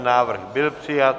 Návrh byl přijat.